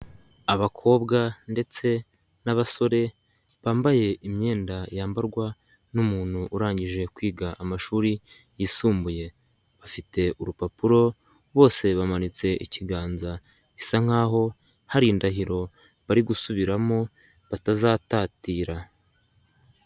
Abakobwa ndetse, n'abasore. Bambaye imyenda yambarwa n'umuntu urangije kwiga amashuri yisumbuye. Bafite urupapuro, bose bamanitse ikiganza, bisa nkaho hari indahiro bari gusubiramo batazatatira.